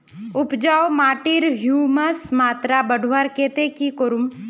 उपजाऊ माटिर ह्यूमस मात्रा बढ़वार केते की करूम?